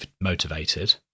motivated